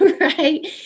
right